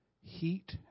heat